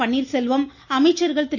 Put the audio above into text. பன்னீர்செல்வம் அமைச்சர்கள் திரு